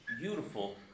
beautiful